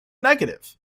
negative